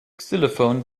xylophone